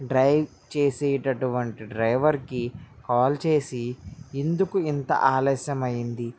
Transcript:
drive చేసేటటువంటి డ్రైవర్కి call చేసి ఎందుకు ఇంత ఆలస్యమయింది